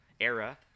era